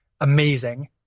amazing